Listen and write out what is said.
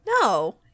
No